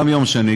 גם ביום שני,